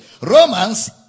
Romans